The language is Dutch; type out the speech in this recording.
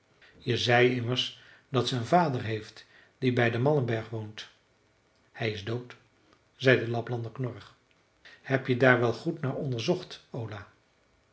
je zei immers dat ze een vader heeft die bij den malmberg woont hij is dood zei de laplander knorrig heb je daar wel goed naar onderzocht ola